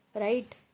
Right